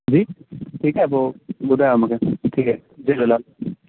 जी ठीकु आहे पोइ ॿुधायो मूंऋखे ठीकु आहे जय झूलेलाल